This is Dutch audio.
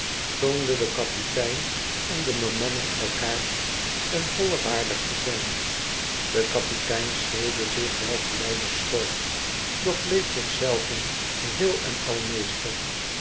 toonden de kapitein en de bemanning elkaar ten volle waardig te zijn de kapitein schreeuwde zich wel geweldig schor doch bleef zich zelven geheel en al meester